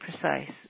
precise